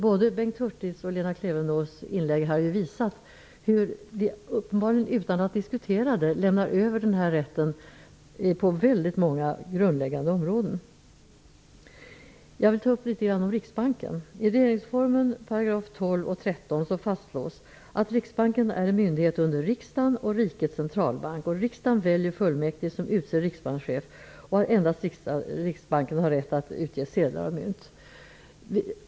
Både Bengt Hurtigs och Lena Klevenås inlägg har ju visat hur man -- uppenbarligen utan att diskutera det -- lämnar över den här rätten på väldigt många grundläggande områden. Jag vill ta upp Riksbanken. I regeringsformen 12 Riksdagen väljer fullmäktige, som utser riksbankschef. Endast Riksbanken har rätt att utge sedlar och mynt.